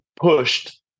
pushed